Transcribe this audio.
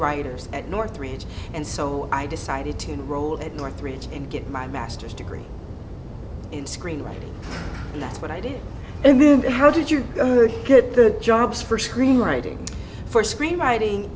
writers at northridge and so i decided to roll at northridge and get my masters degree in screenwriting and that's what i did and then how did you get the jobs for screenwriting for screenwriting